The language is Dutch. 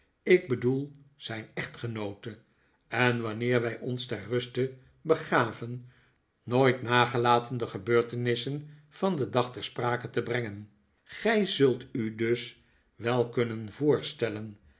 ik bedoel zijn echtgenoote en wanneer wij ons ter ruste begaven nooit nagelaten de gebeurtenissen van den dag ter sprake te brengen gij zult u dus wel kunnen voorstellen